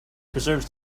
preserves